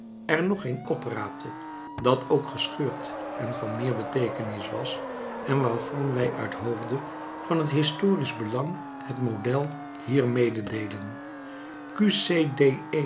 er nog een opraapte dat ook gescheurd en van meer beteekenis was en waarvan wij uit hoofde van het historisch belang het model hier mededeelen